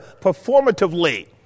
performatively